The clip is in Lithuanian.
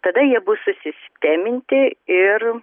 tada jie bus susisteminti ir